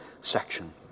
section